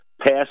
passed